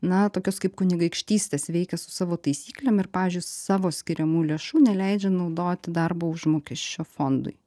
na tokios kaip kunigaikštystės veikia su savo taisyklėm ir pavyzdžiui savo skiriamų lėšų neleidžia naudoti darbo užmokesčio fondui